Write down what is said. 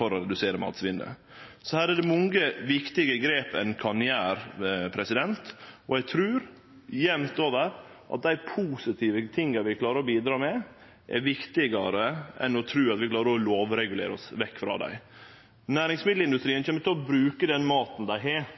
å redusere matsvinnet. Så her er det mange viktige grep ein kan gjere, og eg trur jamt over at dei positive tinga vi klarer å bidra med, er viktigare enn å tru at vi klarer å lovregulere oss vekk frå dette. Næringsmiddelindustrien kjem til å bruke den maten dei har –